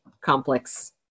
complex